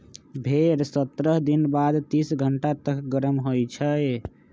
भेड़ सत्रह दिन बाद तीस घंटा तक गरम होइ छइ